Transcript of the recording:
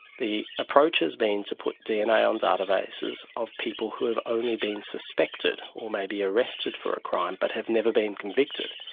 the approach has been to put dna on databases of people who have only been suspected, or maybe arrested for a crime but have never been convicted.